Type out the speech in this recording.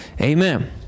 Amen